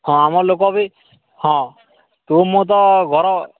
ହଁ ଆମ ଲୋକ ବି ହଁ ତୁ ମୁଁ ତୋ ଘର